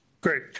Great